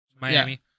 Miami